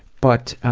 but,